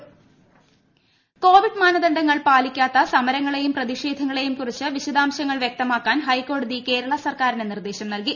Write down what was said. ഹൈക്കോടതി സർക്കാർ കോവിഡ് മാനദണ്ഡങ്ങൾ പാലിക്കാത്ത സമരങ്ങളെയും പ്രതിഷേധങ്ങളെയും കുറിച്ച് വിശദാംശങ്ങൾ വൃക്തമാക്കാൻ ഹൈക്കോടതി കേരള സർക്കാരിന് നിർദ്ദേശം നൽകി